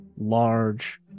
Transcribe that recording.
large